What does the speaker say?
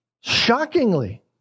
Shockingly